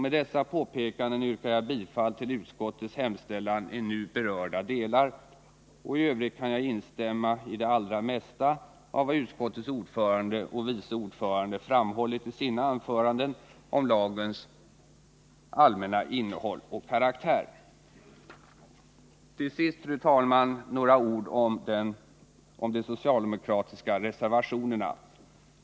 Med dessa påpekanden yrkar jag bifall till utskottets hemställan i nu berörda delar. I övrigt kan jag instämma i det allra mesta av vad utskottets ordförande och vice ordförande framhållit i sina anföranden om lagens allmänna innehåll och karaktär. Till sist, fru talman, några ord om de socialdemokratiska reservationerna.